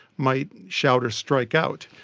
might shout or strike out.